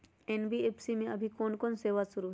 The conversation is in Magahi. एन.बी.एफ.सी में अभी कोन कोन सेवा शुरु हई?